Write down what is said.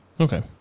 Okay